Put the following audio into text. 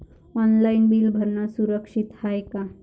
Online bill भरनं सुरक्षित हाय का?